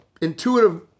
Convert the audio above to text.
intuitive